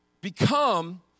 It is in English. become